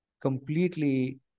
completely